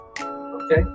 Okay